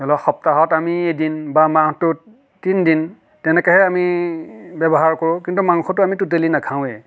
ধৰি লওক সপ্তাহত আমি এদিন বা মাহটোত তিনিদিন তেনেকৈহে আমি ব্যৱহাৰ কৰোঁ কিন্তু মাংসটো আমি তোতেলী নাখাওৱেই